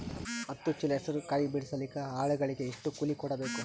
ಹತ್ತು ಚೀಲ ಹೆಸರು ಕಾಯಿ ಬಿಡಸಲಿಕ ಆಳಗಳಿಗೆ ಎಷ್ಟು ಕೂಲಿ ಕೊಡಬೇಕು?